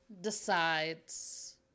decides